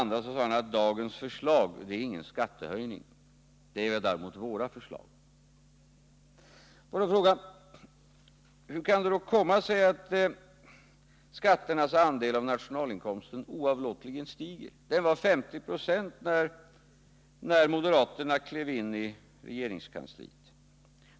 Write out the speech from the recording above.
Vidare sade han att dagens förslag inte innebär någon skattehöjning, medan däremot våra förslag gör det. Låt mig då fråga: Hur kan det komma sig att skatternas andel av nationalinkomsten oavlåtligen stiger? Den var 50 26 när moderaterna klev in i regeringskansliet.